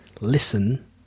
listen